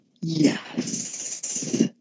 yes